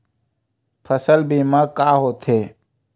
फसल बीमा का होथे?